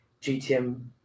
GTM